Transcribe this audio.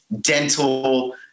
dental